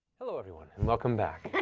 hello everyone, and welcome back.